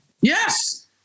Yes